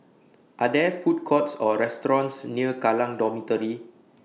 Are There Food Courts Or restaurants near Kallang Dormitory